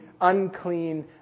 unclean